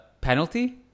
penalty